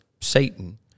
Satan